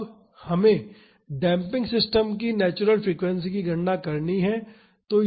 अब हमें damping system की नेचुरल फ्रीक्वेंसी की गणना करनी है